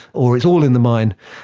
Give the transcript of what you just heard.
or it's all in the mind,